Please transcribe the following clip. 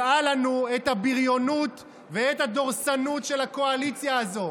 הראה לנו את הבריונות ואת הדורסנות של הקואליציה הזו.